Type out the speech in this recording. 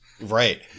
Right